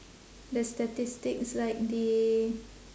the statistics like the